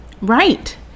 Right